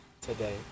today